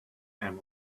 and